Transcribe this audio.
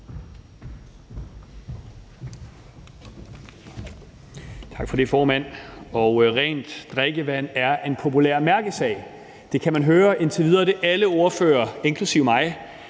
Tak for det, formand. Rent drikkevand er en populær mærkesag. Det kan man høre. Indtil videre er det alle ordførere, inklusive mig,